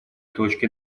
точки